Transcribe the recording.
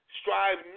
strive